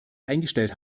eingestellt